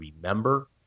remember